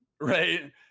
right